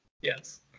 yes